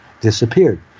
disappeared